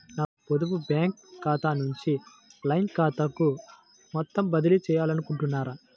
నా పొదుపు బ్యాంకు ఖాతా నుంచి లైన్ ఖాతాకు మొత్తం బదిలీ చేయాలనుకుంటున్నారా?